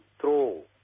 throw